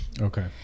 okay